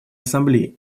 ассамблеи